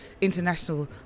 international